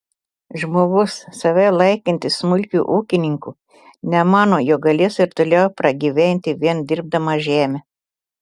žmogus save laikantis smulkiu ūkininku nemano jog galės ir toliau pragyventi vien dirbdamas žemę